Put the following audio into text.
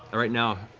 right now,